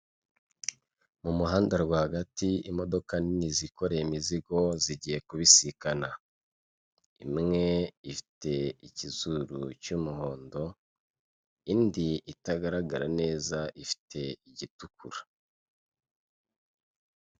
Mu muhanda rwagati imodoka nini zikoreye imizigo zigiye kubisikana imwe ifite ikizuru cy'umuhondo indi itagaragara neza ifite igitukura.